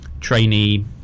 trainee